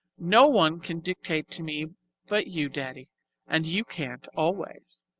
no one can dictate to me but you, daddy and you can't always!